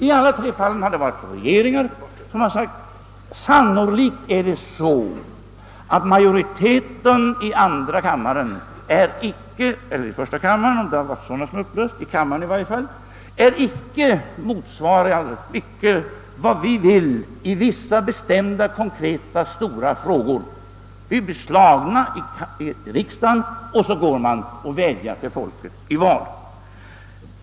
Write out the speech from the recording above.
I alla dessa tre fall har det varit fråga om regeringar, som sagt sig att majoriteten i andra kammaren — eller i första kammaren om det gällt upplösning av denna — sannolikt inte haft samma uppfattning som regeringen i vissa konkreta stora frågor. Regeringen har alltså blivit besegrad i riksdagen och gått ut och vädjat till folket i val.